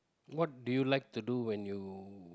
what do you like to do when you